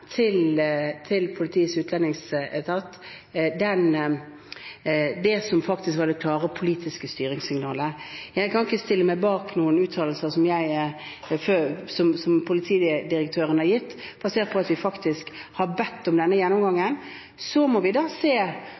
til Politiets utlendingsenhet det som faktisk var det klare politiske styringssignalet. Jeg kan ikke stille meg bak uttalelser som politidirektøren har kommet med, basert på at vi faktisk har bedt om denne gjennomgangen. Så må vi se